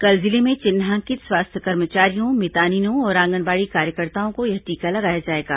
कल जिले में चिन्हांकित स्वास्थ्य कर्मचारियों मितानिनों और आंगनबाड़ी कार्यकर्ताओं को यह टीका लगाया जाएगा